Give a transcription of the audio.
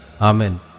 Amen